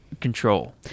control